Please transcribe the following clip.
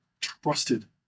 trusted